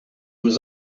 was